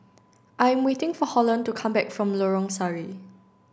I am waiting for Holland to come back from Lorong Sari